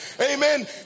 Amen